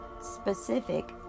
specific